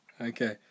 Okay